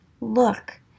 Look